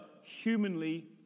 humanly